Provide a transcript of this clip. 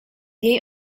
jej